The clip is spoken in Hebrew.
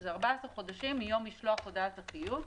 זה 14 חודשים מיום משלוח הודעת החיוב.